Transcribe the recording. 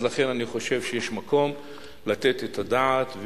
לכן אני חושב שיש מקום לתת את הדעת,